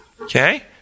Okay